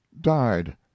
Died